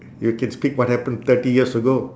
you can speak what happened thirty years ago